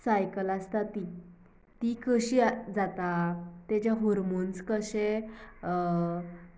cycle आसता ती ती कशी जाता तेजे होरमोन्स कशे